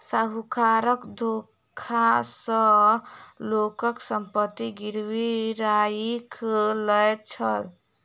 साहूकार धोखा सॅ लोकक संपत्ति गिरवी राइख लय छल